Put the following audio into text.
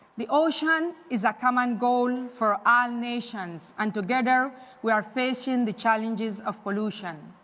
the ocean is a common goal for all nations and together we are facing the challenges of pollution.